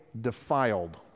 defiled